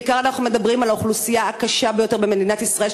בעיקר אנחנו מדברים על האוכלוסייה הקשה ביותר במדינת ישראל,